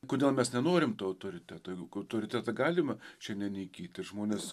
kodėl mes nenorim to autoriteto juk autoritetą galima šiandien įgyti žmonės